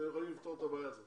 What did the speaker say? אתם יכולים לפתור את הבעיה הזאת